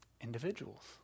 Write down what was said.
Individuals